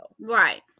Right